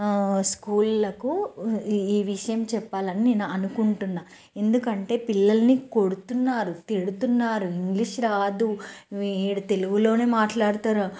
స్కూళ్లకు ఈ విషయం చెప్పాలి అని నే అనుకుంటున్న ఎందుకంటే పిల్లల్ని కొడుతున్నారు తిడుతున్నారు ఇంగ్లీషు రాదు వీడు తెలుగులోనే మాట్లాడుతారు